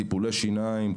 טיפולי שיניים,